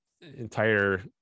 entire